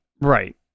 right